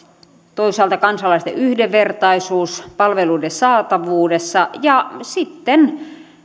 toisaalta kansalaisten yhdenvertaisuus palveluiden saatavuudessa ja sitten